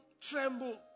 tremble